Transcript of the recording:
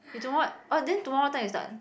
you tomorrow oh then tomorrow what time you start